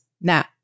Now